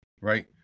right